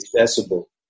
accessible